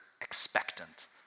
expectant